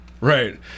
Right